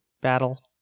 battle